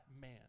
man